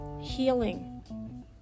Healing